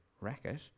racket